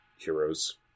heroes